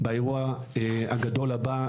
באירוע הגדול הבא,